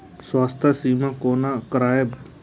स्वास्थ्य सीमा कोना करायब?